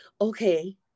okay